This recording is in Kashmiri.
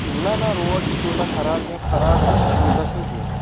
نہَ نہَ روڈ چھُنہٕ توٗتاہ خَراب کیٚنٛہہ خَراب چھُ توٗتاہ چھُنہٕ کیٚنٛہہ